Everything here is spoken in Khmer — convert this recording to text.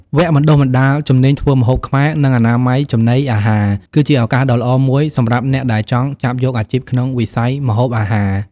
វគ្គបណ្ដុះបណ្ដាលជំនាញធ្វើម្ហូបខ្មែរ និងអនាម័យចំណីអាហារ គឺជាឱកាសដ៏ល្អមួយសម្រាប់អ្នកដែលចង់ចាប់យកអាជីពក្នុងវិស័យម្ហូបអាហារ។